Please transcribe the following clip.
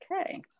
Okay